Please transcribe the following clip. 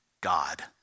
God